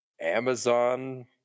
Amazon